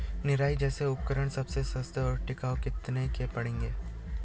निराई जैसे उपकरण सबसे सस्ते और टिकाऊ कितने के पड़ेंगे?